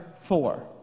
four